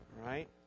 Right